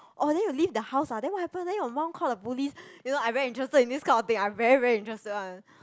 oh then you leave the house ah then what happened then your mum call the police you know I very interested in this kind of thing I very very interested [one]